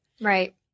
Right